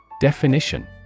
Definition